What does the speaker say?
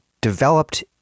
developed